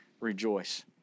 rejoice